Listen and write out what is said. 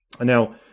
Now